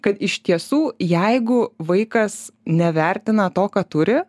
kad iš tiesų jeigu vaikas nevertina to ką turi